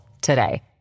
today